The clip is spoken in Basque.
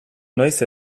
noiz